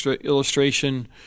illustration